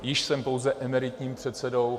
Již jsem pouze emeritním předsedou.